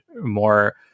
more